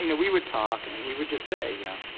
you know we would talk. and and he would just say, you know,